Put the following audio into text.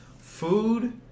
food